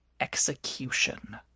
execution